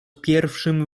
pierwszem